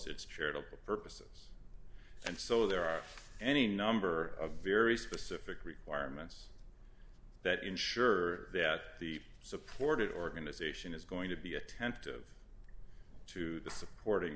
its charitable purposes and so there are any number of very specific requirements that ensure that the supported organization is going to be attentive to the supporting